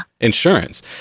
insurance